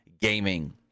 Gaming